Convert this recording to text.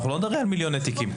אנחנו לא מדברים על מיליוני תיקים.